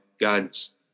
God's